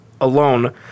alone